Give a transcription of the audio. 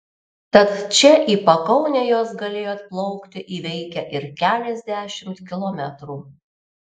tad čia į pakaunę jos galėjo atplaukti įveikę ir keliasdešimt kilometrų